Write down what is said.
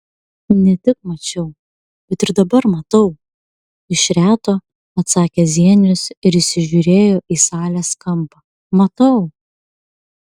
ne tik mačiau bet ir dabar matau iš reto atsakė zienius ir įsižiūrėjo į salės kampą matau